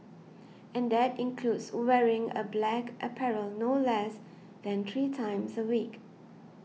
and that includes wearing a black apparel no less than three times a week